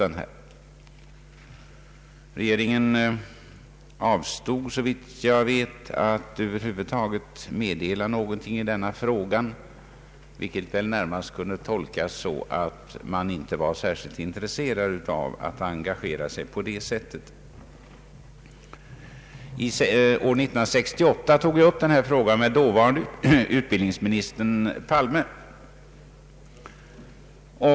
Såvitt jag vet avstod regeringen från att över huvud taget ge någon mening till känna i denna fråga, vilket väl närmast kunde tolkas som att regeringen inte var särskilt intresserad av att engagera sig i detta projekt. År 1968 tog jag upp denna fråga med dåvarande utbildningsminister Palme.